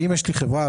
אם יש לי חברה,